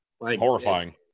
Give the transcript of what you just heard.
Horrifying